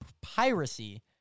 Piracy